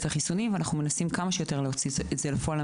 החיסונים ואנחנו מנסים להוציא את זה לפועל.